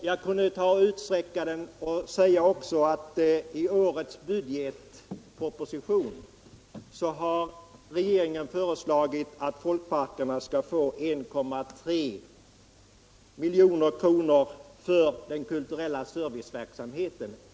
Vidare har regeringen i årets budgetproposition föreslagit att folkparkerna skall få 1,3 milj.kr. för den kulturella serviceverksamheten.